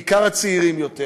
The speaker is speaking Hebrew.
בעיקר הצעירים יותר,